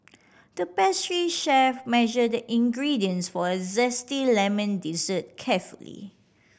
the pastry chef measured the ingredients for a zesty lemon dessert carefully